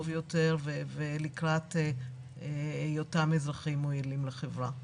יותר ולקראת היותם אזרחים מועילים לחברה.